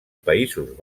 països